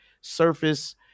Surface